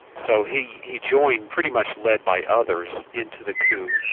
so he he joined pretty much led by others into the coup.